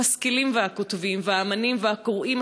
המשכילים והכותבים והאמנים והקוראים